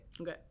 Okay